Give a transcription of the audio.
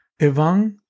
Evang